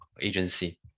agency